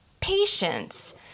patience